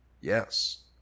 Yes